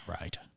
Right